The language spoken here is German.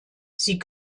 sie